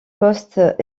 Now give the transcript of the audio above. postes